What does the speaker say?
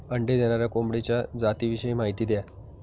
अंडी देणाऱ्या कोंबडीच्या जातिविषयी माहिती द्या